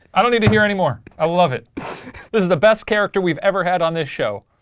i don't need to hear any more. i love it. this is the best character we've ever had on this show.